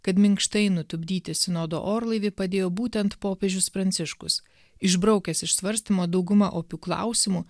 kad minkštai nutupdyti sinodo orlaivį padėjo būtent popiežius pranciškus išbraukęs iš svarstymo dauguma opių klausimų